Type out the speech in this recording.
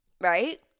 Right